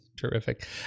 Terrific